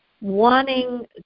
wanting